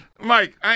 Mike